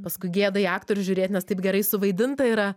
paskui gėda į aktorių žiūrėt nes taip gerai suvaidinta yra